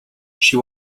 she